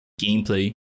gameplay